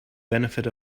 benefit